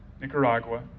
Nicaragua